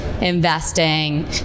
investing